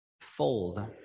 fold